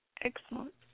Excellent